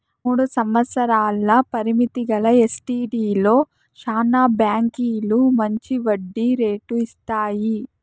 మూడు సంవత్సరాల పరిమితి గల ఎస్టీడీలో శానా బాంకీలు మంచి వడ్డీ రేటు ఇస్తాయి